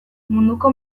munduko